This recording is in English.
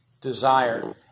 desire